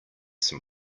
some